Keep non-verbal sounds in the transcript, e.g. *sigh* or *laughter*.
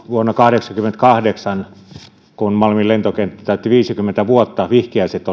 vuonna kahdeksankymmentäkahdeksan kun malmin lentokenttä täytti viisikymmentä vuotta vihkiäiset *unintelligible*